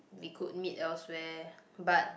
we could meet elsewhere but